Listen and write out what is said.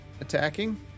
Attacking